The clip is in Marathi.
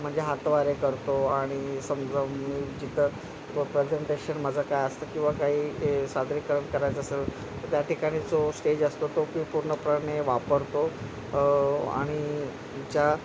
म्हणजे हातवारे करतो आणि समजा मी जिथं प्रेझेंटेशन माझं काय असतं किंवा काही सादरीकरण करायचं असेल त्या ठिकाणी जो स्टेज असतो तो मी पूर्णपणे वापरतो आणि ज्या